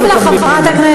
אני אשיב לך, חברת הכנסת,